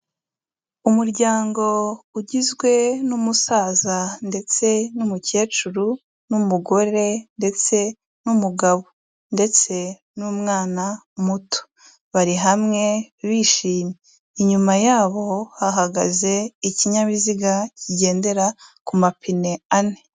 Umuryango ugizwe n'umusaza ndetse n'umukecuru n'umugore ndetse n'umugabo ndetse n'umwana muto bari hamwe bishimye, inyuma yabo hahagaze ikinyabiziga kigendera ku mapine ane.